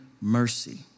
mercy